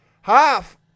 Half